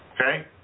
Okay